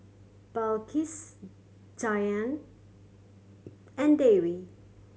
Balqis Dian and Dewi